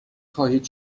خواهید